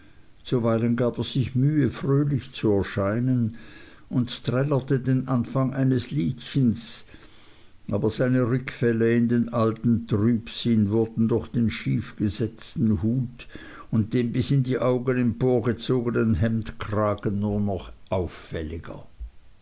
zuweilen gab er sich mühe fröhlich zu erscheinen und trällerte den anfang eines liedchens aber seine rückfälle in den alten trübsinn wurden durch den schiefgesetzten hut und den bis an die augen emporgezognen hemdkragen nur noch auffälliger